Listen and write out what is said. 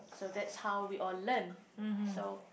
so that's how we all learn so